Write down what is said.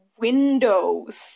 windows